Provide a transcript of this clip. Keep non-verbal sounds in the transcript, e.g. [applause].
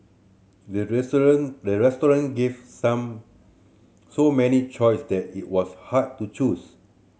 the [unintelligible] the restaurant gave some so many choice that it was hard to choose